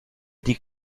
die